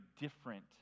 different